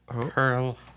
Pearl